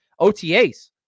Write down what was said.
OTAs